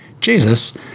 Jesus